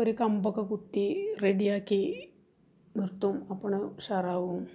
ഒരു കമ്പൊക്കെ കുത്തി റെഡിയാക്കി നിർത്തും അപ്പോൾ ഉഷാറാകും